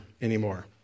anymore